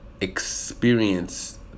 experience